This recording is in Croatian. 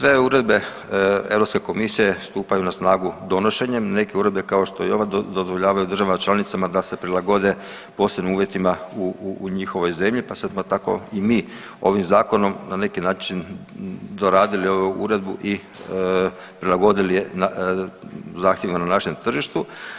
Sve uredbe Europske komisije stupaju na snagu donošenjem, neke uredbe kao što je i ova dozvoljavaju državama članicama da se prilagode posebnim uvjetima u njihovoj zemlji pa smo tako i mi ovim zakonom na neki način doradili ovu uredbu i prilagodili je zahtjevima na našem tržištu.